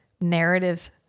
narratives